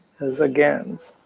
as a gans,